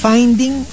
Finding